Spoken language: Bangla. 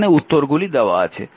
এখানে উত্তরগুলি দেওয়া আছে